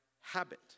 habit